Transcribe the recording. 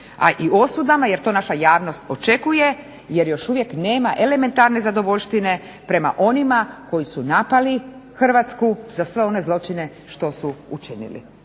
i osudama jer to naša javnost očekuje jer još uvijek nema elementarne zadovoljštine prema onima koji su napali Hrvatsku za sve one zločine što su učinili.